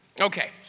Okay